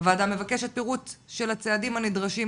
הוועדה מבקשת פירוט של הצעדים הנדרשים,